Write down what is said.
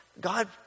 God